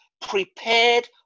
prepared